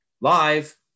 live